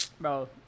bro